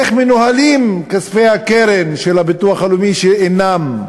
איך מנוהלים כספי הקרן של הביטוח הלאומי, שאינם.